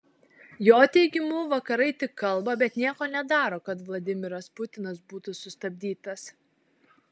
jo teigimu vakarai tik kalba bet nieko nedaro kad vladimiras putinas būtų sustabdytas